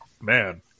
Man